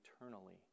eternally